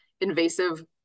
invasive